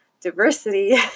diversity